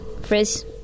frizz